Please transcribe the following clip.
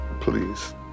Please